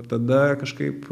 tada kažkaip